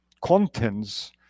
contents